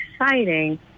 exciting